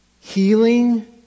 Healing